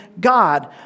God